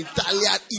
Italian